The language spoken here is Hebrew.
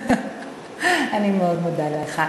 אני מאוד מודה לך.